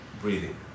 breathing